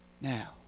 Now